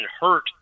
hurt